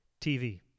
TV